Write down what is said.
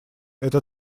это